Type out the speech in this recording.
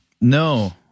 No